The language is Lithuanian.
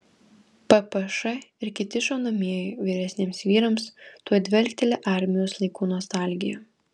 ppš ir kiti šaunamieji vyresniems vyrams tuoj dvelkteli armijos laikų nostalgija